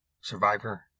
Survivor